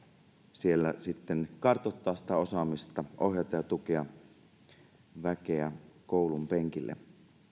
siellä sitten kartoittaa sitä osaamista ohjata ja tukea väkeä koulun penkille